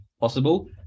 possible